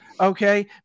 okay